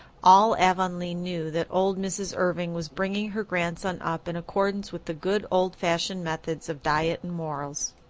all avonlea knew that old mrs. irving was bringing her grandson up in accordance with the good, old-fashioned methods of diet and morals.